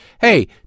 hey